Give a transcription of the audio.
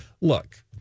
Look